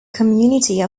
community